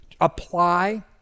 apply